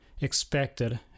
expected